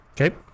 okay